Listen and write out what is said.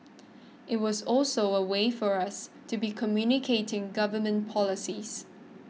it's also a way for us to be communicating government policies